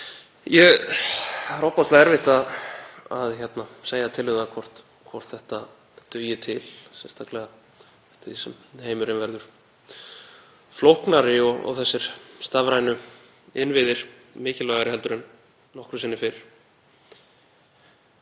Það er ofboðslega erfitt að segja til um það hvort þetta dugi til, sérstaklega eftir því sem heimurinn verður flóknari og þessir stafrænu innviðir mikilvægari en nokkru sinni fyrr.